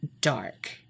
dark